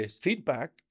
feedback